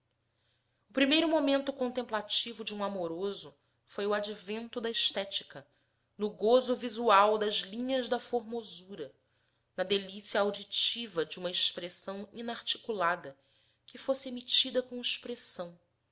o primeiro momento contemplativo de um amoroso foi o advento da estética no gozo visual das linhas da formosura na delicie auditiva de uma expressão inarticulada que fosse emitida com expressão